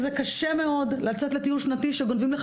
זה קשה מאוד לצאת לטיול שנתי כשגונבים לך